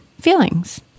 feelings